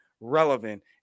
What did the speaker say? relevant